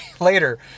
later